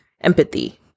empathy